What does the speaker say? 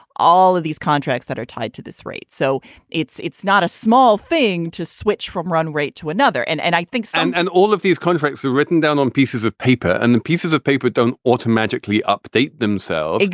all of these contracts that are tied to this rate. so it's it's not a small thing to switch from run rate to another and and i think some and all of these contracts are written down on pieces of paper. and the pieces of paper don't automagically update themselves.